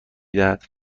دهد